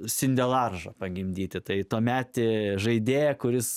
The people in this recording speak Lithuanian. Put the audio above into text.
sindelarža pagimdyti tai tuometį žaidėją kuris